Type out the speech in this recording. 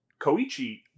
Koichi